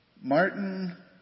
Martin